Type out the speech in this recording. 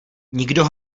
nikdo